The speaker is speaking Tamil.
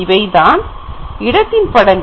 இவைதான் இடத்தின் படங்கள்